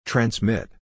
Transmit